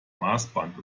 maßband